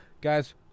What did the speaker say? Guys